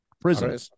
prison